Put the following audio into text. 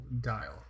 Dial